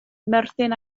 myrddin